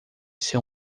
ser